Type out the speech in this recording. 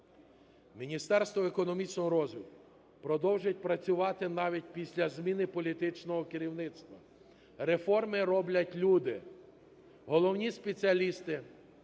Міністерство економічного розвитку продовжить працювати навіть після зміни політичного керівництва. Реформи роблять люди – головні спеціалісти,